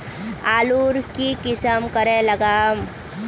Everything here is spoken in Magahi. आलूर की किसम करे लागम?